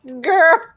girl